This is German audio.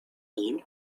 ihm